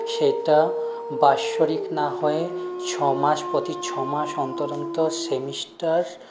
সেটা বাৎসরিক না হয়ে ছমাস প্রতি ছমাস অন্তর অন্তর সেমিস্টার